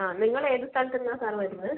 ആ നിങ്ങൾ ഏത് സ്ഥലത്തുന്നാണ് സാർ വരുന്നത്